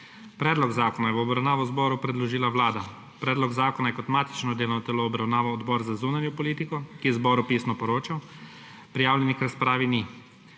Predlog zakona je v obravnavo zboru predložila Vlada. Predlog zakona je kot matično delovno telo obravnaval Odbor za zunanjo politiko, ki je zboru pisno poročal. Prijavljenih k razpravi ni.